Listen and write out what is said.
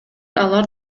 алар